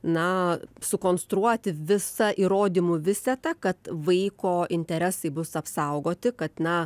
na sukonstruoti visą įrodymų visetą kad vaiko interesai bus apsaugoti kad na